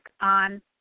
on